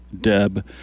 Deb